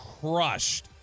Crushed